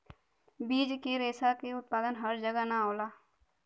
बीज के रेशा क उत्पादन हर जगह ना हौ